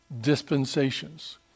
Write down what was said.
dispensations